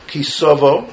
Kisovo